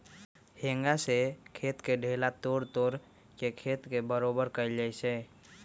हेंगा से खेत के ढेला तोड़ तोड़ के खेत के बरोबर कएल जाए छै